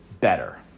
better